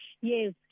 Yes